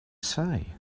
say